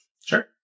Sure